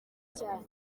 cyane